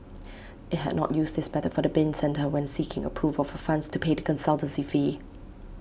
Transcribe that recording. IT had not used this method for the bin centre when seeking approval for funds to pay the consultancy fee